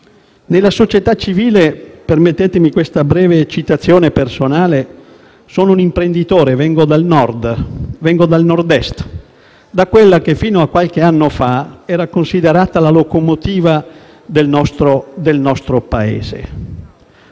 Nella società civile, permettetemi questa breve citazione personale, sono un imprenditore e vengo dal Nord, anzi da quel Nord-Est che, fino a qualche anno fa, era considerato la locomotiva del nostro Paese